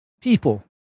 people